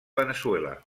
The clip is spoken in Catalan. veneçuela